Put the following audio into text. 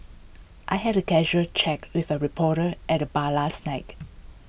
I had A casual chat with A reporter at the bar last night